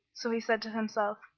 so he said to himself,